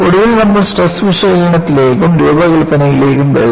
ഒടുവിൽ നമ്മൾ സ്ട്രെസ് വിശകലനത്തിലേക്കും രൂപകൽപ്പനയിലേക്കും വരുന്നു